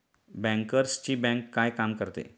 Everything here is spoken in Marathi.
बँकर्सची बँक काय काम करते?